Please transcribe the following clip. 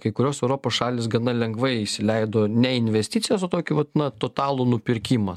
kai kurios europos šalys gana lengvai įsileido ne investicijas o tokį vat na totalų nupirkimą